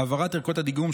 העברת הדיגום,